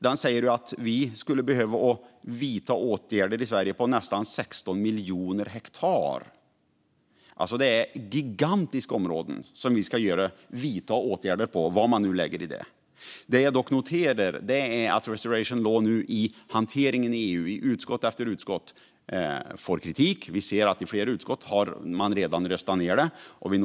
Enligt den skulle Sverige behöva vidta åtgärder på nästan 16 miljoner hektar. Det är gigantiska områden som vi ska vidta åtgärder på, vad man nu lägger i det begreppet. Jag noterar dock att restoration law vid hanteringen i EU får kritik i utskott efter utskott. Flera utskott har redan röstat ned lagförslaget.